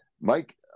mike